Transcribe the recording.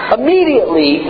Immediately